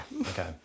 Okay